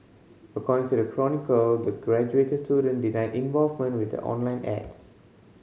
according to the Chronicle the graduate student denied involvement with the online ads